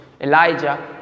Elijah